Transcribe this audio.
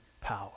power